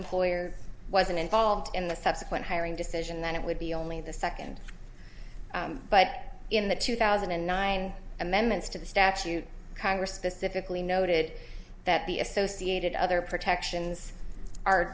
employer wasn't involved in the subsequent hiring decision then it would be only the second but in the two thousand and nine amendments to the statute congress specifically noted that the associated other protections are